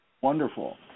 Wonderful